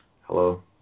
Hello